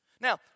Now